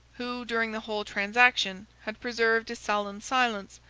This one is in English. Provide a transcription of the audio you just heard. who, during the whole transaction, had preserved a sullen silence,